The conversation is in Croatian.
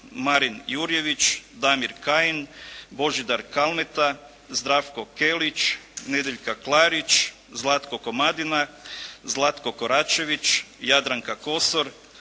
Marin Jurjević, Damir Kajin, Božidar Kalmeta, Zdravko Kelić, Nedjeljka Klarić, Zlatko Komadina, Zlatko Koračević, Jadanka Kosor,